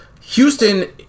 Houston